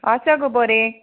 आसा गो बरें